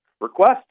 request